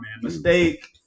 Mistake